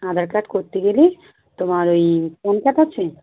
আধার card করতে গেলে তোমার ওই প্যান কার্ড আছে